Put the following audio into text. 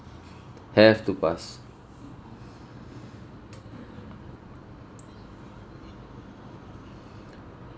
have to pass